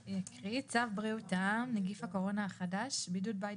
צו בריאות העם (נגיף הקורונה החדש)(בידוד בית